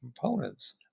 components